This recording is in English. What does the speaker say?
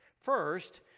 First